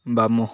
ବାମ